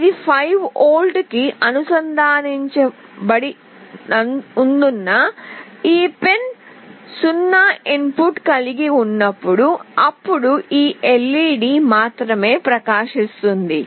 ఇది 5V కి అనుసంధానించబడినందున ఈ పిన్ 0 ఇన్పుట్ కలిగి ఉన్నప్పుడు అప్పుడు ఈ LED మాత్రమే ప్రకాశిస్తుంది